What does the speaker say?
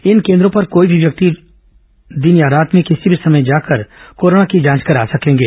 इन केन्द्रों पर कोई भी व्यक्ति लोग दिन या रात में किसी भी समय जाकर कोरोना की जांच करा सकेंगे